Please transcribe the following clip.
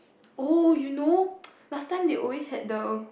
oh you know last time they always had the